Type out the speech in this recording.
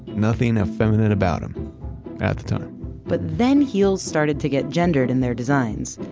nothing effeminate about him at that time but then, heels started to get gendered in their designs.